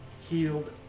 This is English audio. healed